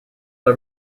are